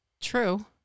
true